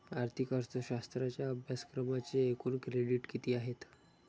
आर्थिक अर्थशास्त्राच्या अभ्यासक्रमाचे एकूण क्रेडिट किती आहेत?